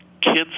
Kids